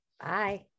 Bye